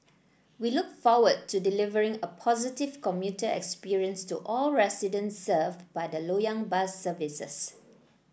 we look forward to delivering a positive commuter experience to all residents served by the Lo yang bus services